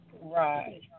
Right